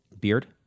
Beard